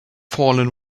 fallen